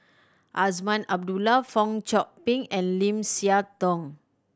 Azman Abdullah Fong Chong Pik and Lim Siah Tong